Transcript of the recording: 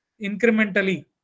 incrementally